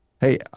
hey